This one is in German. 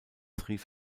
rief